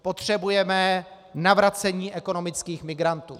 Potřebujeme navracení ekonomických migrantů.